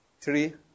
Three